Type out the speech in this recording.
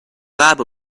lab